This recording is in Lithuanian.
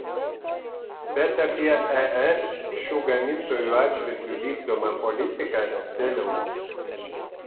bet apie es šių gamintojų atžvilgiu vykdomą politiką vėliau